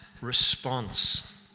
response